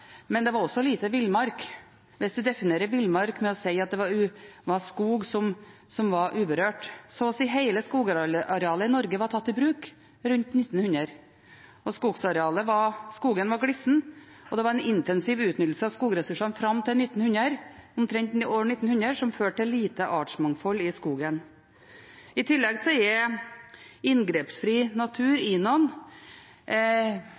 men det var også lite villmark, hvis en definerer villmark ved å si at det er skog som er uberørt. Så å si hele skogarealet i Norge var tatt i bruk rundt år 1900. Skogen var glissen, og det var en intensiv utnyttelse av skogressursene fram til omtrent år 1900, som førte til lite artsmangfold i skogen. I tillegg er inngrepsfri natur,